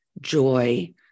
joy